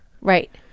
right